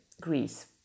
Greece